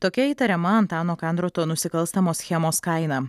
tokia įtariama antano kandroto nusikalstamos schemos kaina